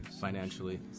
financially